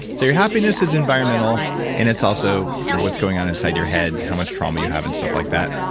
so your happiness is environmental and it's also what is going on inside your head, how much trauma you have, and stuff like that.